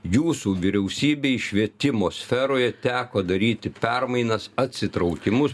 jūsų vyriausybei švietimo sferoje teko daryti permainas atsitraukimus